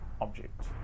object